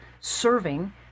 serving